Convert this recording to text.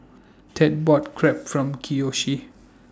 Ted bought Crepe For Kiyoshi